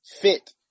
fit